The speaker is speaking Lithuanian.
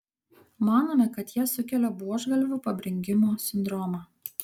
manome kad jie sukelia buožgalvių pabrinkimo sindromą